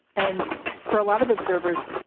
and for a lot of observers.